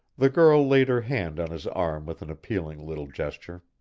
the girl laid her hand on his arm with an appealing little gesture.